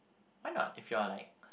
why not if you are like